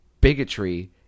bigotry